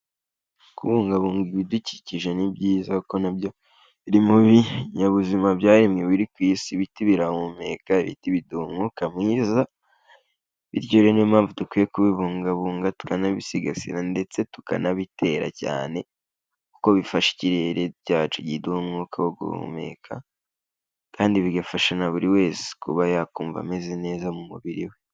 Kubungabunga ibidukikije ni byiza kuko na byo biri mu binyabuzima byaremwe biri ku Isi. Ibiti birahumeka, ibiti biduha umwuka mwiza, bityo ni na yo mpamvu dukwiye kubibungabunga tukanabisigasira ndetse tukanabitera cyane, kuko bifasha ikirere byacu kiduha umwuka wo guhumeka, kandi bigafasha na buri wese kuba yakumva ameze neza mu mubiri we.